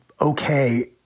okay